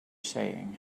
saying